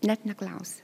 net neklausia